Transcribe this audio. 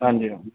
ਹਾਂਜੀ